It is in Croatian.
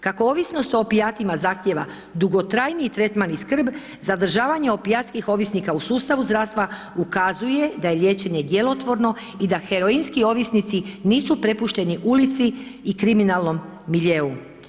Kako ovisnost o opijatima zahtjeva dugotrajniji tretman i skrb, zadržavanje opijatskih ovisnika u sustavu zdravstva ukazuje da je liječenje djelotvorno i da heroinski ovisnici nisu prepušteni ulici i kriminalnom miljeu.